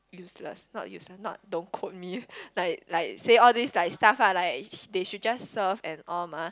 useless not useless not don't quote me like like say all this like stuff ah like they should just serve and all mah